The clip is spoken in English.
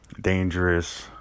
dangerous